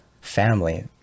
family